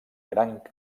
gran